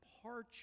departure